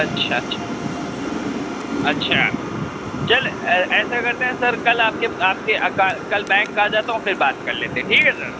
اچھا اچھا اچھا چل ایسا کرتے ہیں سر کل آپ کے آپ کے کل کل بینک آجاتا ہوں پھر بات کر لیتے ہیں ٹھیک ہے سر